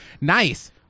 Nice